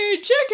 Chicken